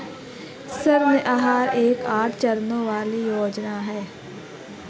ऋण आहार एक आठ चरणों वाली योजना है